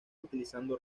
utilizando